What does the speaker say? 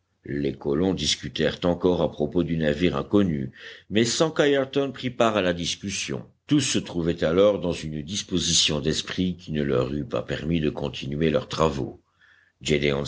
les colons discutèrent encore à propos du navire inconnu mais sans qu'ayrton prît part à la discussion tous se trouvaient alors dans une disposition d'esprit qui ne leur eût pas permis de continuer leurs travaux